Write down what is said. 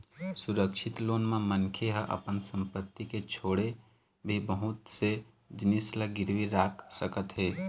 सुरक्छित लोन म मनखे ह अपन संपत्ति के छोड़े भी बहुत से जिनिस ल गिरवी राख सकत हे